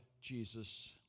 Jesus